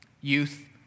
youth